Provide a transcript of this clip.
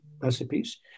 recipes